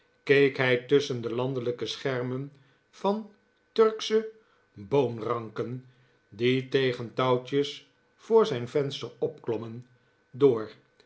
keek hij tusschen de landelijke schermen van turksche boonranken die tegen touwtjes voor zijn venster opklommen door